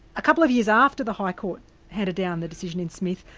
a couple of years after the high court handed down the decision in smith,